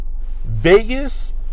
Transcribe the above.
Vegas